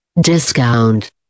Discount